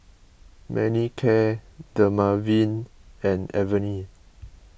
Manicare Dermaveen and Avene